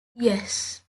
yes